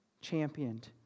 championed